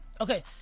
Okay